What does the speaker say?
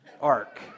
Ark